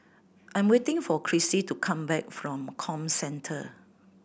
I'm waiting for Crissy to come back from Comcentre